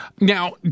Now